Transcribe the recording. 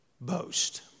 boast